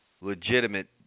legitimate